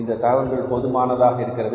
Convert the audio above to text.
இந்த தகவல்கள் போதுமானதாக இருக்கிறது